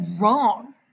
wrong